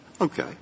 Okay